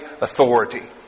authority